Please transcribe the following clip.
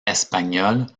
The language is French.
espagnol